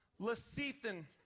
lecithin